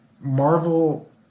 Marvel